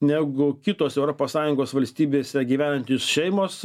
negu kitos europos sąjungos valstybėse gyvenantys šeimos